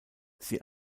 sie